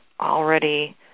already